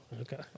Okay